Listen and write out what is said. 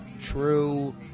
true